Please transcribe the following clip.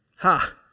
Ha